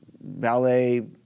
ballet